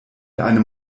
einem